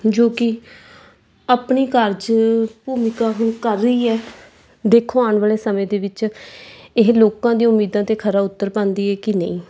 ਜੋ ਕਿ ਆਪਣੇ ਕਾਰਜ ਭੂਮਿਕਾ ਹੁਣ ਕਰ ਰਹੀ ਹੈ ਦੇਖੋ ਆਉਣ ਵਾਲੇ ਸਮੇਂ ਦੇ ਵਿੱਚ ਇਹ ਲੋਕਾਂ ਦੀ ਉਮੀਦਾਂ 'ਤੇ ਖਰਾ ਉਤਰ ਪਾਉਂਦੀ ਹੈ ਕਿ ਨਹੀਂ